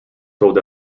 sold